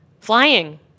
Flying